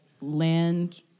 land